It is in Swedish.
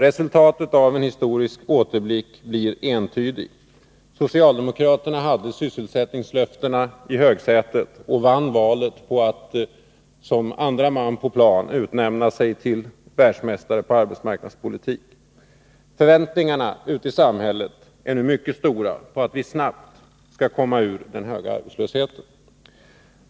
Resultatet av en historisk återblick blir entydigt. Socialdemokratin hade sysselsättningslöftena i högsätet och vann valet på att som andre man på plan utnämna sig till världsmästare på arbetsmarknadspolitik. Förväntningarna ute i samhället är nu mycket stora på att vi snabbt skall komma ur den höga arbetslösheten.